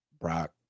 Brock